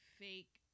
fake